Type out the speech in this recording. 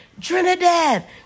Trinidad